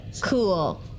Cool